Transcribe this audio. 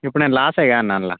ఇప్పుడు నేను లాస్ అయ్యాను దానిలో